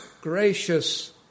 gracious